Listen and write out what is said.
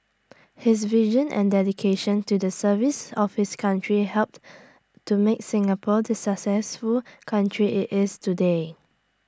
his vision and dedication to the service of his country helped to make Singapore the successful country IT is today